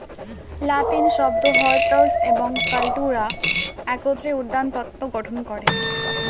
লাতিন শব্দ হরটাস এবং কাল্টুরা একত্রে উদ্যানতত্ত্ব গঠন করে